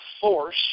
force